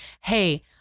hey